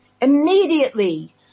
Immediately